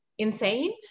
Insane